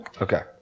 Okay